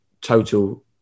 total